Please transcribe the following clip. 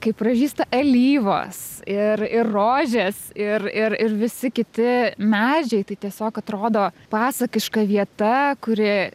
kai pražysta alyvos ir ir rožės ir ir ir visi kiti medžiai tai tiesiog atrodo pasakiška vieta kuri